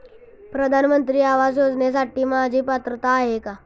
प्रधानमंत्री आवास योजनेसाठी माझी पात्रता आहे का?